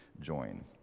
join